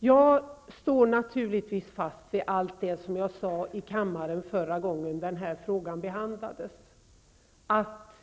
Jag står naturligtvis fast vid allt det som jag sade i kammaren förra gången den här frågan behandlades.